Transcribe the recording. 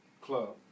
club